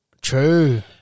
True